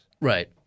Right